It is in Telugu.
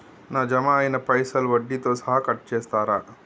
నా జమ అయినా పైసల్ వడ్డీతో సహా కట్ చేస్తరా?